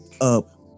up